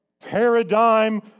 paradigm